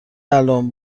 الان